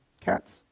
Cats